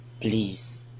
please